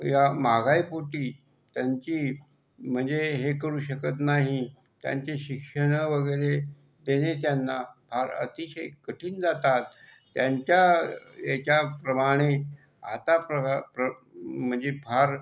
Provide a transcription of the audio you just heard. या महागाई पोटी त्यांची म्हणजे हे करू शकत नाही त्यांचे शिक्षणं वगैरे तरी त्यांना फार अतिशय कठीण जातात त्यांच्या याच्याप्रमाणे आता प्ररा प्र म्हणजे फार